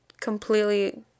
completely